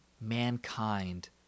mankind